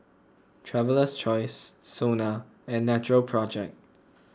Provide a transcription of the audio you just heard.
Traveler's Choice Sona and Natural Project